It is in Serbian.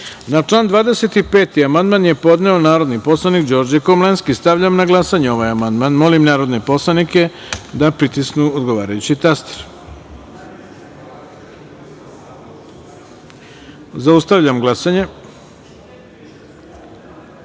odeljka 7. amandman je podneo narodni poslanik Đorđe Komlenski. Stavljam na glasanje ovaj amandman. Molim narodne poslanike da pritisnu odgovarajući taster. Zaustavljam glasanje: